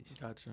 gotcha